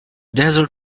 desert